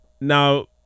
Now